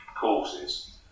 courses